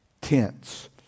tents